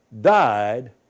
died